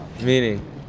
Meaning